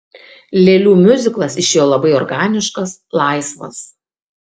lėlių miuziklas išėjo labai organiškas laisvas